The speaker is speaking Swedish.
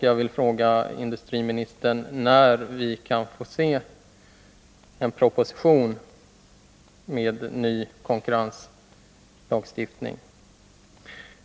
Jag vill fråga industriministern när vi kan få se en proposition med förslag till ny konkurrenslagstiftning.